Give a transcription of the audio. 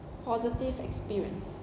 positive experience